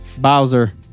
Bowser